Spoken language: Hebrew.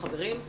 חברים,